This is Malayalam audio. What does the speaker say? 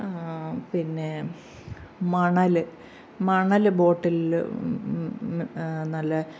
പിന്നെ മണല് മണല് ബോട്ടിലിൽ മ്മ് നല്ല